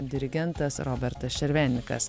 dirigentas robertas šervenikas